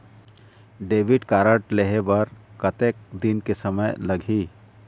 Debit card लेहे बर कतेक दिन के समय लगही?